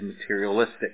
materialistic